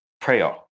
prayer